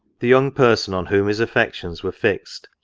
the young person on whom his affections were fixed,